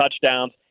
touchdowns